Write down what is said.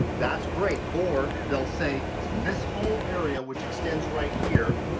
that's great. or they'll say this whole area, which extends right here.